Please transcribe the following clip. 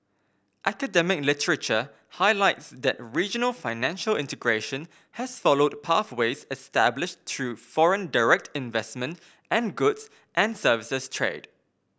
academic literature highlights that regional financial integration has followed pathways established through foreign direct investment and goods and services trade